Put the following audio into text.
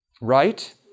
Right